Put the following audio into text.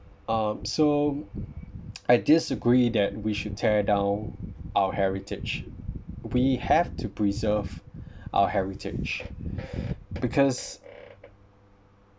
um so I disagree that we should tear down our heritage we have to preserve our heritage because